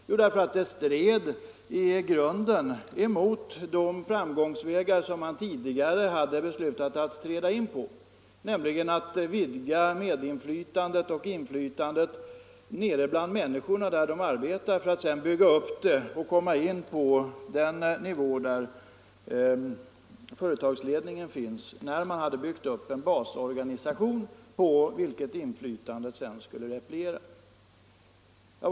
Jo, därför att det stred i grunden mot de framgångsvägar som man tidigare hade beslutat träda in på, nämligen att vidga inflytandet på det plan där människorna arbetar för att sedan, när man byggt upp en basorganisation på vilken inflytandet skulle repliera, också komma in på den nivå där företagsledningen finns.